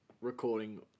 recording